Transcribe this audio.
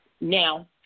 Now